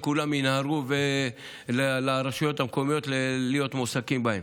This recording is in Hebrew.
וכולם ינהרו לרשויות המקומיות להיות מועסקים בהן,